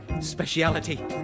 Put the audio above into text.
speciality